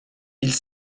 ils